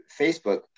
Facebook